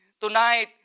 tonight